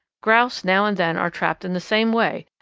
grouse now and then are trapped in the same way,